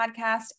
podcast